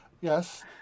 Yes